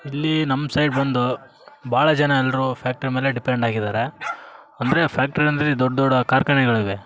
ಇಲ್ಲಿ ನಮ್ಮ ಸೈಡ್ ಬಂದು ಭಾಳ ಜನ ಎಲ್ಲರು ಫ್ಯಾಕ್ಟ್ರಿ ಮೇಲೆ ಡಿಪೆಂಡ್ ಆಗಿದಾರೆ ಅಂದರೆ ಫ್ಯಾಕ್ಟ್ರಿ ಅಂದರೆ ದೊಡ್ಡ ದೊಡ್ಡ ಕಾರ್ಖಾನೆಗಳಿವೆ